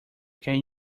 can